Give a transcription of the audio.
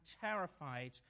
terrified